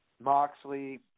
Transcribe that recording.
Moxley